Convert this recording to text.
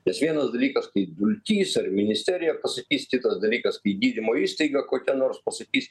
nes vienas dalykas kai dulkys ar misterija pasakys kitas dalykas kai gydymo įstaiga kokia nors pasakys